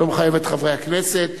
לא מחייב את חברי הכנסת.